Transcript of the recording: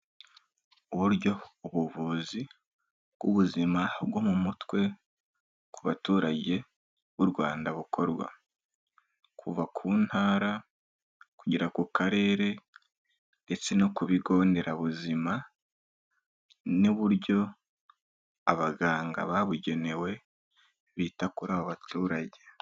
Uburyo ubuvuzi bw'ubuzima bwo mu mutwe ku baturage b'u Rwanda bukorwa. Kuva ku ntara kugera ku karere ndetse no ku bigo nderabuzima n'uburyo abaganga babugenewe bita kuri aba baturage.